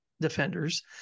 defenders